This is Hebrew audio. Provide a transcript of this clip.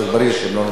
שלא נמצאים כאן.